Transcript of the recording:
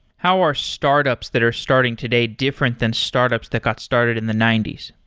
how are startups that are starting today different than startups that got started in the ninety s?